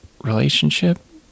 relationship